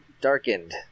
darkened